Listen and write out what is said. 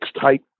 type